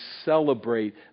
celebrate